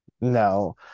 No